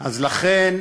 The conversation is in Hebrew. לכן,